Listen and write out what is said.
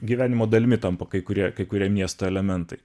gyvenimo dalimi tampa kai kurie kai kurie miesto elementai